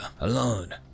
alone